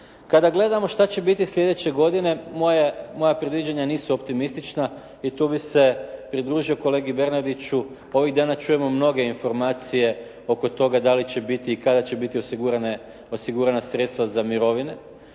Kada gledamo šta će biti sljedeće godine moja predviđanja nisu optimistična i tu bih se pridružio kolegi Bernardiću ovih dana čujemo mnoge informacije oko toga da li će biti i kada će biti osigurane, osigurana sredstva za mirovine.